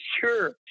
sure